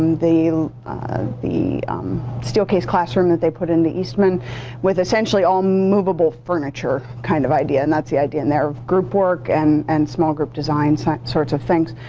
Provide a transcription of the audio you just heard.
the the steel case classroom that they put in the eastman with essentially all movable furniture kind of idea. and that's the idea in their group work and and small group designs sorts of things.